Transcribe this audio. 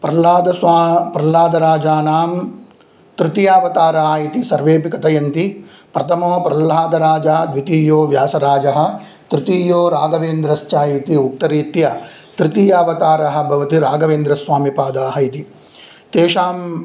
प्रह्लादस्वा प्रह्लादराजानां तृतीयावतारा इति सर्वेपि कथयन्ति प्रतमो प्रल्हादराजा द्वितीयो व्यासराजः तृतीतीयो राघवेन्द्रश्च इति उक्तरीत्या तृतीयावतारः भवति रागवेन्द्रस्वामिपादाः इति तेषां